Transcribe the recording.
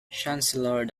chancellor